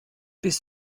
bis